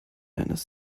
eines